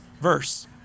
verse